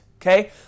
Okay